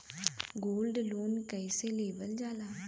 Gold loan कईसे लेवल जा ला?